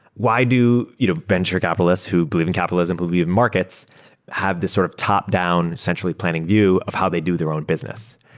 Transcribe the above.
why do you venture capitalists who believe in capitalism believe markets have this sort of top down centrally planning view of how they do their own business?